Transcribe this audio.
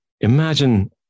imagine